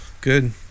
good